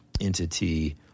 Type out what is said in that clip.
entity